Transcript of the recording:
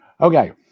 Okay